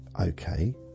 okay